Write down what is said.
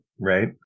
Right